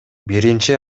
биринчи